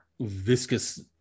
viscous